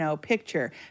picture